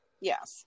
Yes